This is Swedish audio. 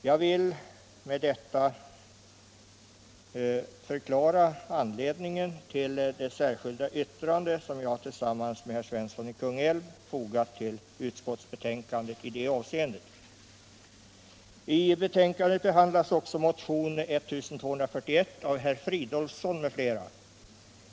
Jag vill med detta förklara anledningen till det särskilda yttrande som jag tillsammans med herr Svensson i Kungälv fogat till utskottsbetänkandet vad beträffar begäran om förslag till ny abortlagstiftning. I betänkandet behandlas också motionen 1241 av herr Fridolfsson m.fl.